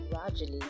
gradually